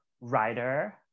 writer